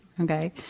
Okay